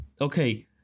Okay